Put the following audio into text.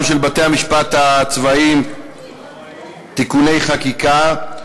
של בתי-המשפט הצבאיים (תיקוני חקיקה),